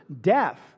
death